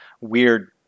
weird